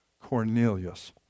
cornelius